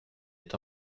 est